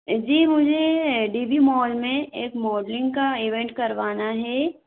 जी मुझे D B mall में एक मॉडलिंग का इवेंट करवाना है